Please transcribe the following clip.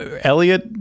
Elliot